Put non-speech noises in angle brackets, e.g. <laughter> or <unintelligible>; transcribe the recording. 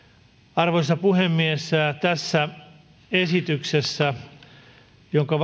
arvoisa puhemies tässä esityksessä jonka <unintelligible>